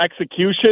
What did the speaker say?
execution